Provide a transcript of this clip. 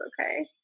okay